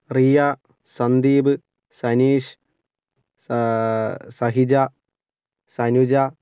Riya Sandeep Saneesh Sahija Sanuja